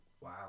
Wow